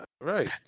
Right